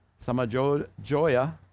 Samajoya